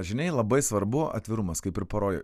žinai labai svarbu atvirumas kaip ir poroj